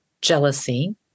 jealousy